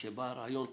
כשבא רעיון טוב,